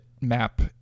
map